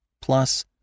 plus